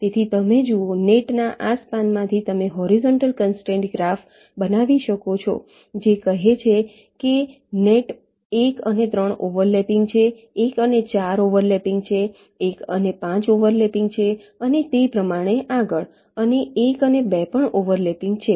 તેથી તમે જુઓ નેટના આ સ્પાનમાંથી તમે હોરીઝોન્ટલ કન્સ્ટ્રેંટ ગ્રાફ બનાવી શકો છો જે કહેશે કે નેટ 1 અને 3 ઓવર લેપિંગ છે 1 અને 4 ઓવર લેપિંગ છે 1 અને 5 ઓવર લેપિંગ છે અને તે પ્રમાણે આગળ અને 1 અને 2 પણ ઓવર લેપિંગ છે